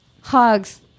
hugs